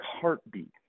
heartbeat